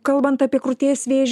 kalbant apie krūties vėžį